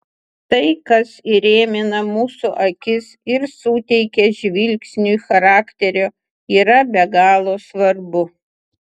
tai kas įrėmina mūsų akis ir suteikia žvilgsniui charakterio yra be galo svarbu